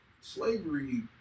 Slavery